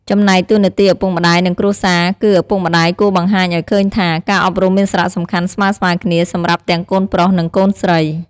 ចំណែកតួនាទីឪពុកម្តាយ និងគ្រួសារគឺ ឪពុកម្តាយគួរបង្ហាញឱ្យឃើញថា ការអប់រំមានសារៈសំខាន់ស្មើៗគ្នាសម្រាប់ទាំងកូនប្រុស និងកូនស្រី។